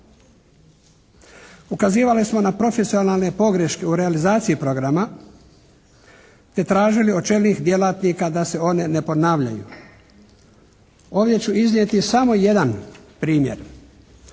Ukazivali smo na profesionalne pogreške u realizaciji programa te tražili od čelnih djelatnika da se one ne ponavljaju. Ovdje ću iznijeti samo jedan primjer.